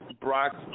Brock